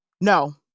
No